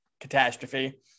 catastrophe